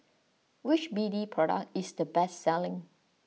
which B D product is the best selling